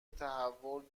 تحول